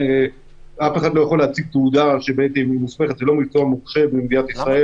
אף אחד לא יכול להציג תעודה וזה לא מקצוע מורשה במדינת ישראל.